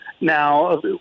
Now